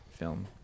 film